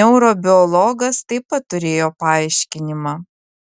neurobiologas taip pat turėjo paaiškinimą